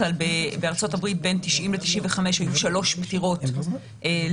כשבארצות הברית בין השנים 90 ל-95 היו שלוש פטירות לשנה.